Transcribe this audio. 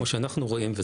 כמו שאנחנו רואים שוב,